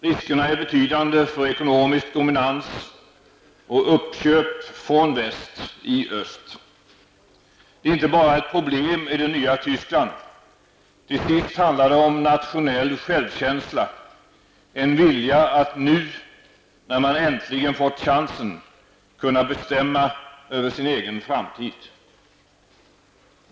Riskerna är betydande för ekonomisk dominans och uppköp från väst i öst. Det är inte bara ett problem i det nya Tyskland. Till sist handlar det om nationell självkänsla, en vilja att nu -- när man äntligen fått chansen -- kunna bestämma över sin egen framtid.